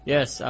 Yes